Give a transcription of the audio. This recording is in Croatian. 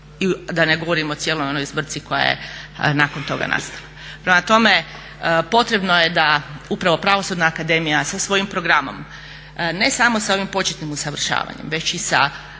Da ne govorimo o cijeloj onoj zbrci koja je nakon toga nastala. Prema tome potrebno je da upravo Pravosudna akademija sa svojim programom, ne samo s ovim početnim usavršavanjem već i sa